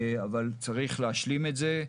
אבל צריך להשלים את זה.